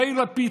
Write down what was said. יאיר לפיד,